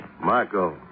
Marco